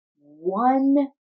one